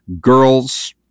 girls